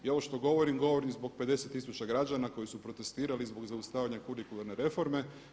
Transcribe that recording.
Ja ovo što govorim, govorim zbog 50000 građana koji su protestirali zbog zaustavljanja kurikularne reforme.